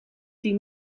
die